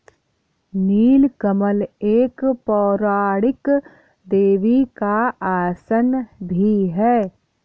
नील कमल एक पौराणिक देवी का आसन भी है